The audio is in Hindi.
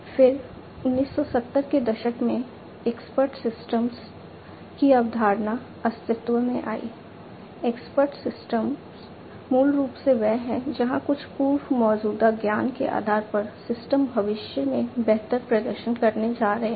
फिर 1970 के दशक में एक्सपर्ट सिस्टम्स मूल रूप से वे हैं जहां कुछ पूर्व मौजूदा ज्ञान के आधार पर सिस्टम भविष्य में बेहतर प्रदर्शन करने जा रहे हैं